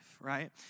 right